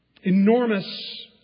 enormous